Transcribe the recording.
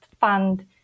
Fund